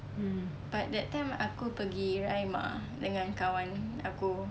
but that time aku pergi raimah dengan kawan aku